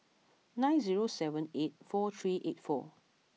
nine zero seven eight four three eight four